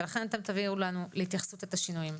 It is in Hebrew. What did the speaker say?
לכן, אתם תביאו לנו להתייחסות את השינויים.